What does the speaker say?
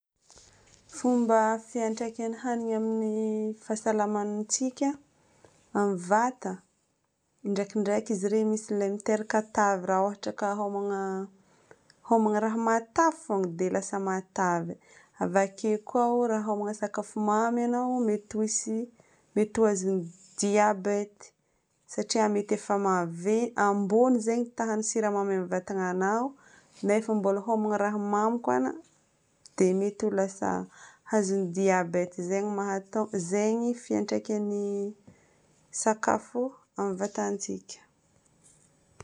Fomba fiantraikan'ny hanigny amin'ny fahasalaman'ny- tsika, amin'ny vata. Ndraikindraiky izy iregny misy ilay miteraka tavy raha ôhatra ka homa- homagna raha matavy fôgna dia lasa matavy. Avake koa ao raha homa sakafo mamy ianao mety ho hisy- mety ho azon'ny diabeta satria mety efa mave- ambony izay ny tahan'ny siramamy amin'ny vatananao nefa mbola homagna raha mamy fôgna dia mety ho lasa azon'ny diabeta. Zegny mahatonga- zegny fiantraikan'ny sakafoamin'ny vatantsika.